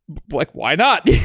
like why not?